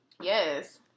Yes